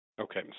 okay